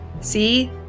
See